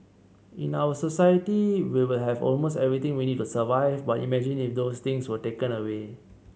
in our society we will have almost everything we need to survive but imagine if those things were taken away